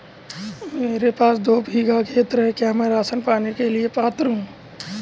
मेरे पास दो बीघा खेत है क्या मैं राशन पाने के लिए पात्र हूँ?